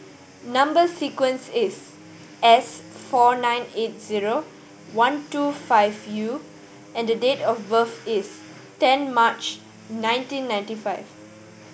number sequence is S four nine eight zero one two five U and date of birth is ten March nineteen ninety five